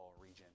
region